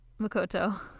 Makoto